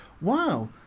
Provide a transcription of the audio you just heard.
wow